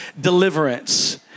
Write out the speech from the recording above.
deliverance